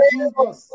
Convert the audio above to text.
Jesus